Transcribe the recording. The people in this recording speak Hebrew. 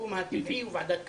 והמקום הטבעי הוא ועדת כלכלה.